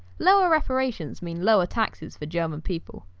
lower reparations mean lower taxes for german people,